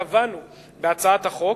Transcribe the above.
קבענו בהצעת החוק